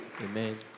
Amen